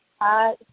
Hi